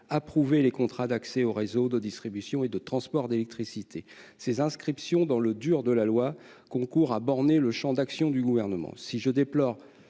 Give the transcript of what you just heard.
approuver les contrats d'accès aux réseaux de distribution et de transport d'électricité. Ces inscriptions dans le « dur » de la loi concourent à borner le champ d'action du Gouvernement. Si, tout